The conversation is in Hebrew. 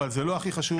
אבל זה לא הכי חשוב,